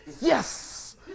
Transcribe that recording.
Yes